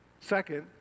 Second